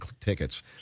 tickets